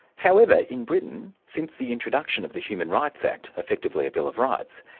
however in britain, since the introduction of the human rights act, effectively a bill of rights,